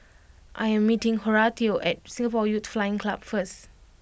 I am meeting Horatio at Singapore Youth Flying Club first